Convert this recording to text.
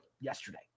yesterday